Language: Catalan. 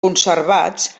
conservats